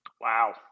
Wow